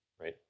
right